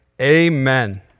Amen